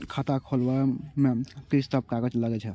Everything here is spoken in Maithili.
खाता खोलब में की सब कागज लगे छै?